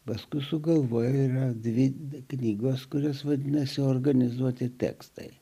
paskui sugalvojome dvi tai knygos kurias vadinasi organizuoti tekstai